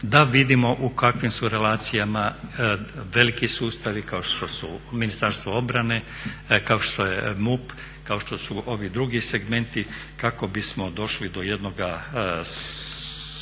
da vidimo u kakvim su relacijama veliki sustavi kao što su Ministarstvo obrane, kao što je MUP, kao što su ovi drugi segmenti kako bismo došli do jednoga smislenog